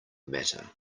matter